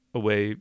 away